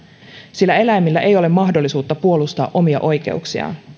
sillä eläimillä ei ole mahdollisuutta puolustaa omia oikeuksiaan